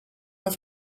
have